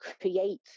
create